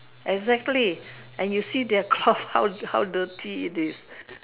exactly and you see their cloth how how dirty it is